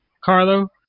Carlo